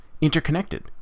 interconnected